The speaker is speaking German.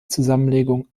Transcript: zusammenlegung